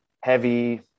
heavy